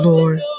Lord